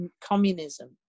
communism